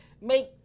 make